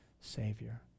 Savior